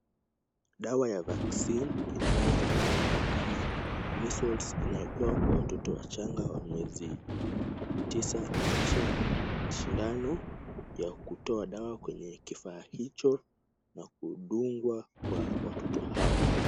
Dawa ya vaccine inayofahamika kama measles inayopewa kwa watoto wachanga wa miezi tisa, kisha sindano ya kutoa dawa kwenye kifaa hicho na kudungwa kwa waototo hao.